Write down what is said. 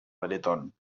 bretón